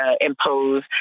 impose